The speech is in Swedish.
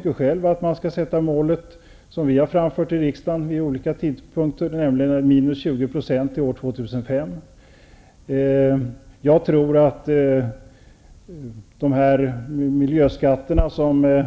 Personligen tycker jag, och detta har vi framfört här i riksdagen vid olika tidpunkter, att målet skall vara en minskning med 20 % till år 2005. Jag tror att de miljöskatter som